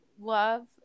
love